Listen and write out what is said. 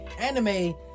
anime